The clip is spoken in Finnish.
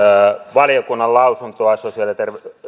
valiokunnan lausuntoa sosiaali ja